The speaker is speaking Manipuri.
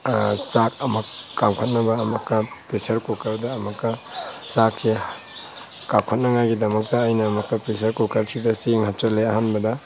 ꯆꯥꯛ ꯑꯃꯨꯛ ꯀꯥꯝꯈꯠꯅꯕ ꯑꯃꯨꯛꯀ ꯄ꯭ꯔꯦꯁꯔ ꯀꯨꯀꯦꯔꯗ ꯑꯃꯨꯛꯀ ꯆꯥꯛꯁꯦ ꯀꯥꯝꯈꯠꯅꯉꯥꯏꯒꯤꯗꯃꯛꯇ ꯑꯩꯅ ꯑꯃꯨꯛ ꯄ꯭ꯔꯦꯁꯔ ꯀꯨꯀꯦꯔꯁꯤꯗ ꯆꯦꯡ ꯍꯥꯞꯆꯤꯟꯂꯦ ꯑꯍꯥꯟꯕꯗ